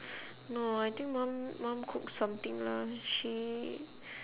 no I think mum mum cook something lah she